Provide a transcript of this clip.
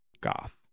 goth